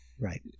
right